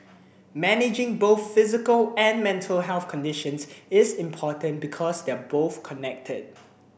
managing both physical and mental health conditions is important because they are both connected